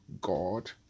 God